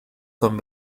con